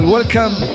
Welcome